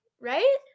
right